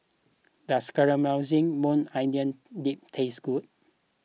does Caramelized Maui Onion Dip taste good